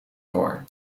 voor